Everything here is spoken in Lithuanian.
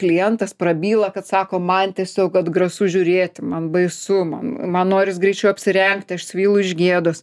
klientas prabyla kad sako man tiesiog atgrasu žiūrėti man baisu man man noris greičiau apsirengti aš svylu iš gėdos